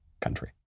country